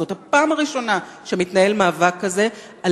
זאת הפעם הראשונה שמתנהל מאבק כזה על